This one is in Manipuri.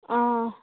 ꯑꯥ